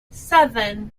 seven